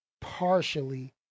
partially